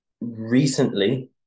Recently